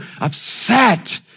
upset